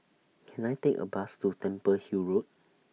Can I Take A Bus to Temple Hill Road